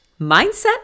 Mindset